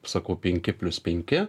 sakau penki plius penki